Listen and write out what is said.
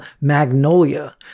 Magnolia